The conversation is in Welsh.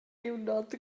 diwrnod